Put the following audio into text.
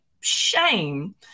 shame